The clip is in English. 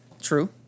True